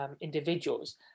individuals